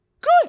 good